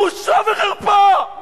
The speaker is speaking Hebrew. בושה וחרפה.